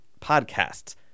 podcasts